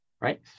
right